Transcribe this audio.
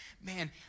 Man